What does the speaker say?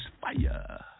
Fire